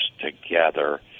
together